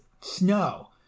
snow